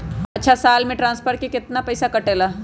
अछा साल मे ट्रांसफर के पैसा केतना कटेला?